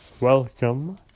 welcome